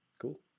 Cool